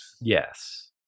Yes